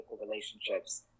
relationships